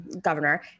governor